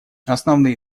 основные